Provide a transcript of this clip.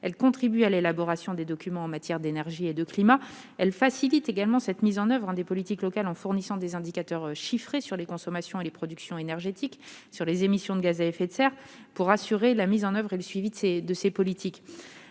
Elles contribuent à l'élaboration des documents en matière d'énergie et de climat. Elles facilitent également la mise en oeuvre des politiques locales en fournissant des indicateurs chiffrés sur les consommations et les productions énergétiques, sur les émissions de gaz à effet de serre, afin d'assurer un suivi de la mise en oeuvre de ces politiques.